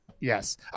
Yes